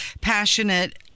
passionate